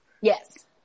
yes